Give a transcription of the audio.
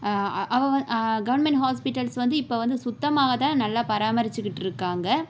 government hospitals வந்து இப்போ வந்து சுத்தமாக தான் நல்லா பராமரித்துக்கிட்டு இருக்காங்க